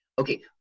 Okay